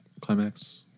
climax